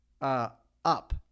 Up